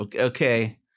Okay